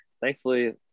Thankfully